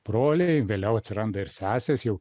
broliai vėliau atsiranda ir sesės jau